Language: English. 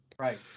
Right